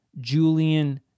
Julian